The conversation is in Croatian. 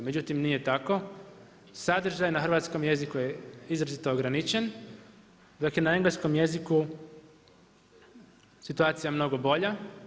Međutim nije tako, sadržaj na hrvatskom jeziku je izrazito ograničen dok je na engleskom jeziku situacija mnogo bolja.